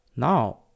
Now